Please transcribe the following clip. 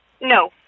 No